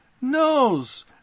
Knows